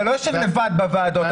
אתה לא יושב לבד בוועדות -- עידן.